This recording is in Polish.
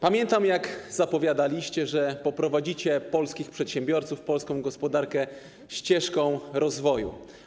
Pamiętam, jak zapowiadaliście, że poprowadzicie polskich przedsiębiorców, polską gospodarkę ścieżką rozwoju.